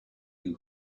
you